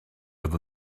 oedd